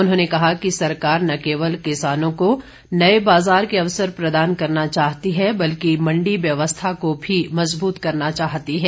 उन्होंने कहा कि सरकार न केवल किसानों को नए बाजार के अवसर प्रदान करना चाहती है बल्कि मंडी व्यवस्था को भी मजबूत करना चाहती है